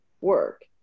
work